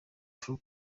true